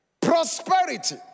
prosperity